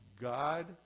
God